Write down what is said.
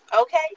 Okay